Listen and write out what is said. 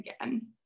again